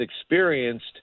experienced